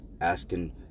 asking